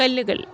കല്ലുകൾ